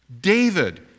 David